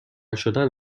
شدن